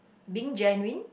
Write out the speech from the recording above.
being genuine